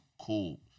cool